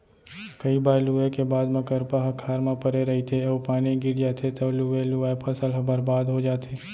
कइ बार लूए के बाद म करपा ह खार म परे रहिथे अउ पानी गिर जाथे तव लुवे लुवाए फसल ह बरबाद हो जाथे